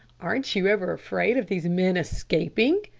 aren't you ever afraid of these men escaping?